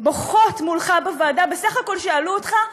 בוכות מולך בוועדה, בסך הכול שאלו אותך: